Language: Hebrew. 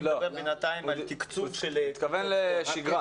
אני מדבר בינתיים על תקצוב של קבוצות ספורט.